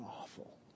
awful